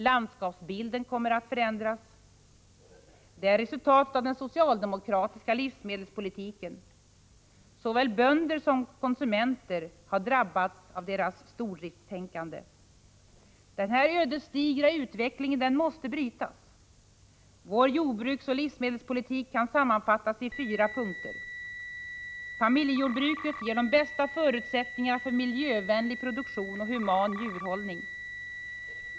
Landskapsbilden kommer att förändras. Det är ett resultat av socialdemokraternas livsmedelspolitik. Såväl bönder som konsumenter har drabbats av deras stordriftstänkande. Denna ödesdigra utveckling måste brytas. Vår jordbruksoch livsmedelspolitik kan sammanfattas i fyra punkter. 1. Familjejordbruket ger de bästa förutsättningarna för miljövänlig produktion och human djurhållning. 2.